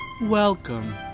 Welcome